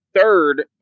third